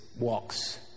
Walks